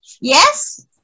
Yes